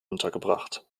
untergebracht